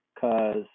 Cause